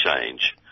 change